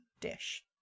dish